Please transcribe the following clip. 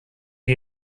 die